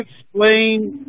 explain